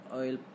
oil